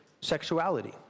sexuality